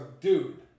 dude